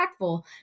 impactful